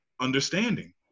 understanding